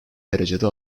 derecede